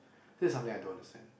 this is something I don't understand